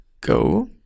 go